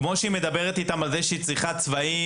כמו שהיא מדברת איתם על זה שהיא צריכה צבעים,